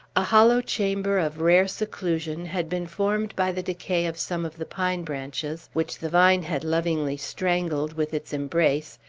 a hollow chamber of rare seclusion had been formed by the decay of some of the pine branches, which the vine had lovingly strangled with its embrace,